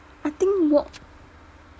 I think walk